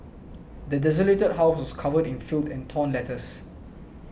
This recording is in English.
the desolated house was covered in filth and torn letters